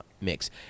mix